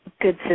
good